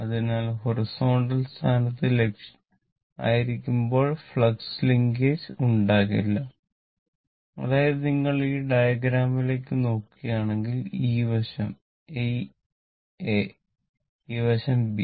അതിനാൽ ഹൊറിസോണ്ടൽ സ്ഥാനത്ത് ആയിരിക്കുമ്പോൾ ഫ്ലക്സ് ലിങ്കേജ് ഉണ്ടാകില്ല അതായത് നിങ്ങൾ ഈ ഡയഗ്രാമിലേക്ക് നോക്കുകയാണെങ്കിൽ ഈ വശം എ ഈ വശം ബി